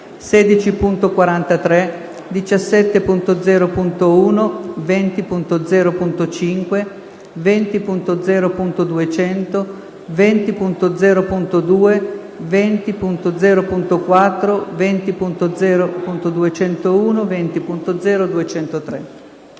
16.43, 17.0.1, 20.0.5, 20.0.200, 20.0.2, 20.0.4, 20.0.201 e 20.0.203.